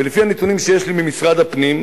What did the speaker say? ולפי הנתונים שיש לי ממשרד הפנים,